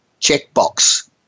checkbox